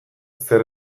zer